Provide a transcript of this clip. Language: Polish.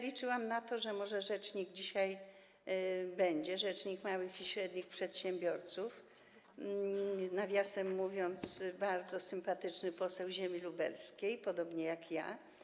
Liczyłam na to, że będzie dzisiaj rzecznik małych i średnich przedsiębiorców, nawiasem mówiąc, bardzo sympatyczny poseł ziemi lubelskiej, podobnie jak ja.